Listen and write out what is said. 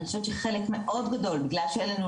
אני חושבת שחלק מאוד גדול בגלל שאין לנו